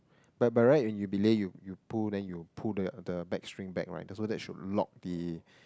by by right when you belay you you pull then you pull the the back string bag right so there should lock the